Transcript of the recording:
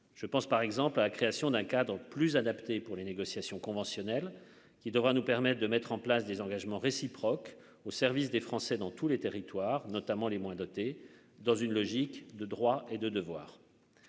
Je pense par exemple la création d'un cas donc plus adapté pour les négociations conventionnelles qui devra nous permettent de mettre en place des engagements réciproques au service des Français dans tous les territoires, notamment les moins dotés, dans une logique de droits et de devoirs.